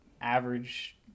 average